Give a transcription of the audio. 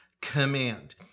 command